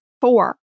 four